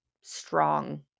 strong